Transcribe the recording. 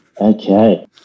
okay